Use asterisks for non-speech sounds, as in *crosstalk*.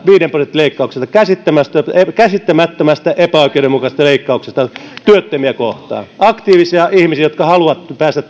viiden prosentin leikkauksesta käsittämättömästä epäoikeudenmukaisesta leikkauksesta työttömiä aktiivisia ihmisiä kohtaan jotka haluavat päästä *unintelligible*